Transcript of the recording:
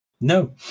No